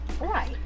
Right